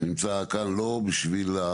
נמצא כאן לא בשביל,